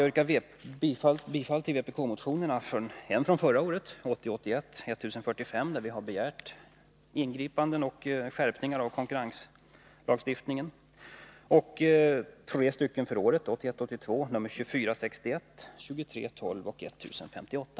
Jag yrkar bifall till vpk-motionerna, en från förra året, 1980 82:2461, 2312 och 1058.